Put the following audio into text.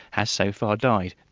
has so far died,